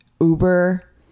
uber